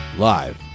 Live